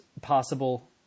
possible